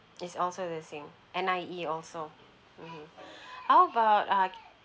is also the same N_I_E also mmhmm how about uh